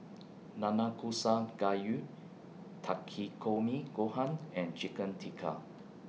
Nanakusa Gayu Takikomi Gohan and Chicken Tikka